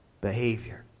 behavior